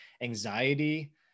anxiety